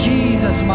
Jesus